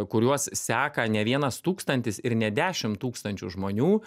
kuriuos seka ne vienas tūkstantis ir ne dešimt tūkstančių žmonių